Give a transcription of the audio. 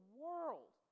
world